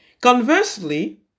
Conversely